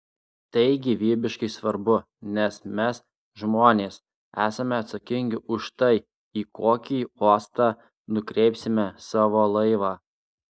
tai gyvybiškai svarbu nes mes žmonės esame atsakingi už tai į kokį uostą nukreipsime savo laivą